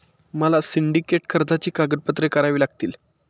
मला सिंडिकेट कर्जाची कागदपत्रे तयार करावी लागतील